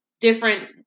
different